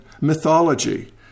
mythology